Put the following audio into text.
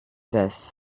this